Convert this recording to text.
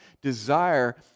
desire